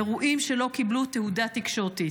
אירועים שלא קיבלו תהודה תקשורתית.